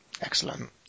Excellent